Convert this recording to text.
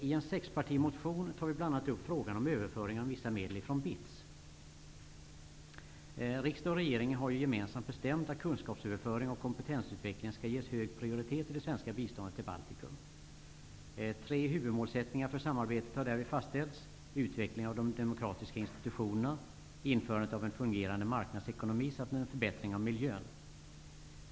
I en sexpartimotion tar vi bl.a. upp frågan om överföring av vissa medel från BITS. Riksdag och regering har gemensamt bestämt att kunskapsöverföring och kompetensutveckling skall ges hög prioritet i det svenska biståndet till Baltikum. Tre huvudmålsättningar för samarbetet har därvid fastställts: utvecklingen av de demokratiska institutionerna, införandet av en fungerande marknadsekonomi samt en förbättring av miljön.